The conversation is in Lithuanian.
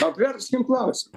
apverskim klausimą